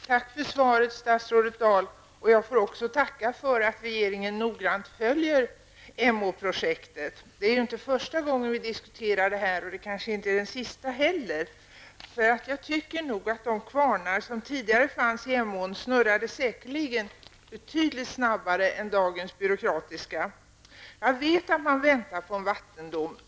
Herr talman! Tack för svaret, statsrådet Dahl. Jag får också tacka för att regeringen noggrant följer Emåprojektet. Det är ju inte första gången vi diskuterade detta och kanske heller inte den sista. Jag tror nog att de kvarnar som tidigare fanns i Emån säkerligen snurrade betydligt snabbare än dagens byråkratiska. Jag vet att man väntar på en vattendom.